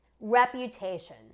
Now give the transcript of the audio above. Reputation